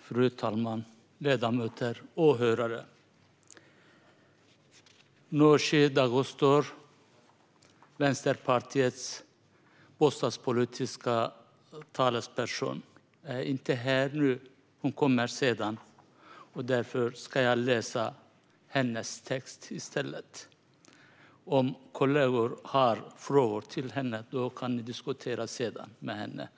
Fru talman! Ledamöter och åhörare! Nooshi Dadgostar, Vänsterpartiets bostadspolitiska talesperson, är inte här nu utan kommer senare, och därför ska jag läsa hennes text. Kollegor som har frågor till henne kan diskutera dem med henne